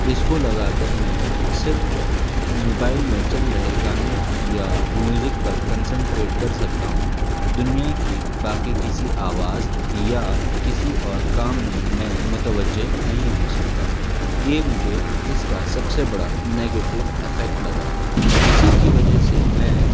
اس کو لگا کر میں صرف موبائل میں چل رہے گانوں یا میوزک پر کنسنٹریٹ کر سکتا ہوں دنیا کی باقی کسی آواز یا کسی اور کام میں میں متوجہ نہیں ہو سکتا یہ مجھے اس کا سب سے بڑا نگیٹو افیکٹ لگا اسی کی وجہ سے میں